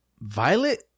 violet